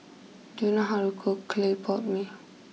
do you know how to cook Clay Pot Mee